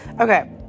okay